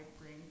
bring